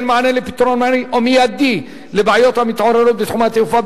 מענה לפתרון מהיר או מיידי לבעיות המתעוררות בתחום התעופה.